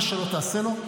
מה שלא תעשה לו,